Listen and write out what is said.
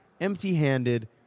empty-handed